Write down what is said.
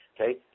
okay